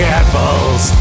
apples